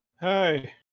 Hi